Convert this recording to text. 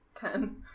Ten